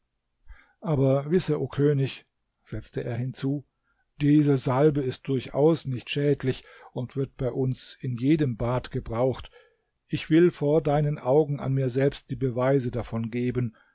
aber wisse o könig setzte er hinzu diese salbe ist durchaus nicht schädlich und wird bei uns in jedem bad gebraucht ich will vor deinen augen an mir selbst die beweise davon geben